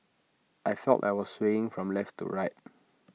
I felt I was swaying from left to right